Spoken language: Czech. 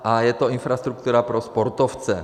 A je to infrastruktura pro sportovce.